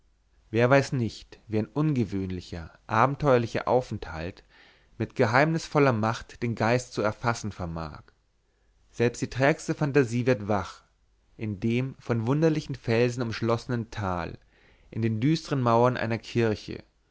wer weiß es nicht wie ein ungewöhnlicher abenteuerlicher aufenthalt mit geheimnisvoller macht den geist zu erfassen vermag selbst die trägste fantasie wird wach in dem von wunderlichen felsen umschlossenen tal in den düstern mauern einer kirche